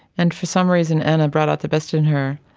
and for some reason anna brought out the best in her,